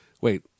wait